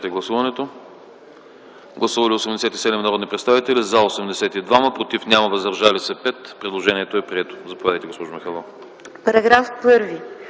Параграф 32